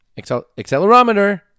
accelerometer